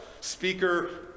speaker